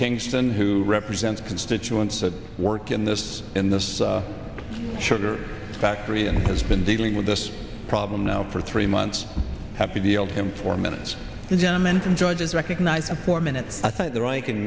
kingston who represents constituents that work in this in this sugar factory and he's been dealing with this problem now for three months have to be on him four minutes the gentleman from georgia is recognized for minutes i think the ranking